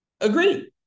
Agree